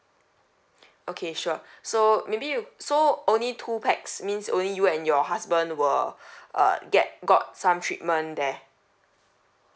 okay sure so maybe you so only two pax means only you and your husband were err get got some treatment there